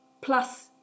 Plus